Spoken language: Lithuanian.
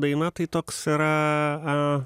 ta daina ta toks yra